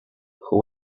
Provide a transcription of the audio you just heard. who